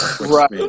Right